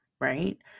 right